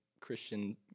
Christian